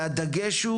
והדגש הוא